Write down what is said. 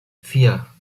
vier